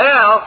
Now